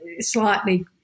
slightly